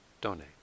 donate